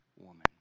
woman